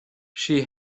she